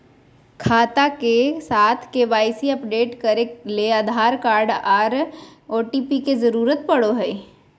खाता के साथ के.वाई.सी अपडेट करे ले आधार कार्ड आर ओ.टी.पी के जरूरत पड़ो हय